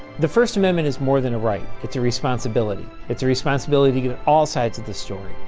the first amendment is more than a right. it's a responsibility. it's a responsibility to get all sides of the story.